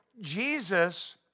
Jesus